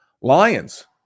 Lions